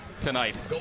tonight